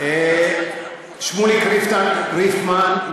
שמוליק ריפמן ז"ל,